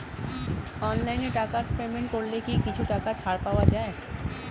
অনলাইনে টাকা পেমেন্ট করলে কি কিছু টাকা ছাড় পাওয়া যায়?